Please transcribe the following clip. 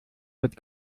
wird